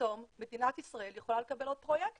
פתאום מדינת ישראל יכולה לקבל עוד פרויקטים